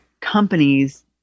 companies